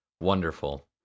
wonderful